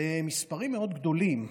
זה מספרים מאוד גדולים,